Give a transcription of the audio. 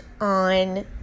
on